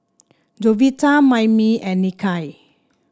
Jovita Mammie and Nikia